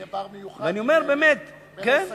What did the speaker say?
יהיה בר מיוחד, ברז סגור,